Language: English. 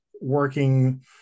working